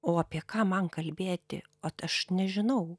o apie ką man kalbėti ot aš nežinau